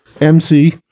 MC